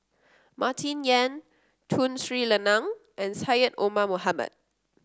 Martin Yan Tun Sri Lanang and Syed Omar Mohamed